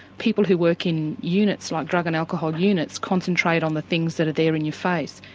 people who work in units like drug and alcohol units concentrate on the things that are there in your face.